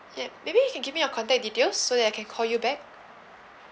ya maybe you can give me your contact details so that I can call you back